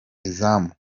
izamu